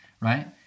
right